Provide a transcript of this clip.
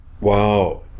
wow